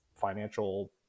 financial